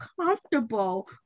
comfortable